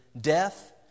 death